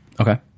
Okay